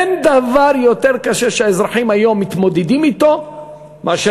אין דבר יותר קשה שהאזרחים היום מתמודדים אתו מאשר